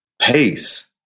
Pace